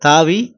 தாவி